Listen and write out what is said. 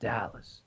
Dallas